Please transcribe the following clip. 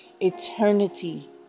eternity